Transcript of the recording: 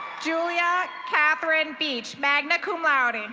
julia katherine beech, magna cum laude.